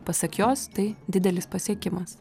pasak jos tai didelis pasiekimas